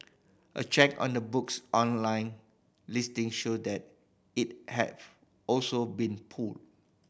a check on the book's online listing showed that it has also been pulled